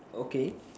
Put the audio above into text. okay